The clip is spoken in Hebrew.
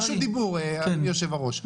אני ברשות דיבור, יושב הראש.